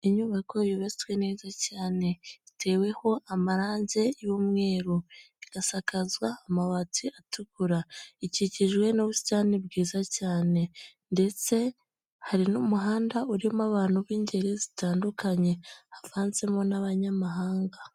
Inyubako yubatswe neza cyane, iteweho amarange y'umweru, igasakazwa amabati atukura, ikikijwe n'ubusitani bwiza cyane ndetse hari n'umuhanda urimo abantu b'ingeri zitandukanye havanzemo n'abanyamahanga.